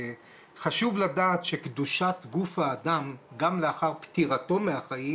חשוב לדעת שקדושת גוף האדם גם לאחר פטירתו מהחיים